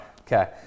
Okay